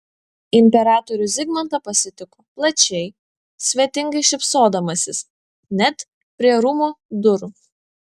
imperatorių zigmantą pasitiko plačiai svetingai šypsodamasis net prie rūmų durų